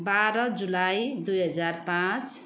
बाह्र जुलाई दुई हजार पाँच